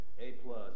A-plus